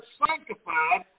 sanctified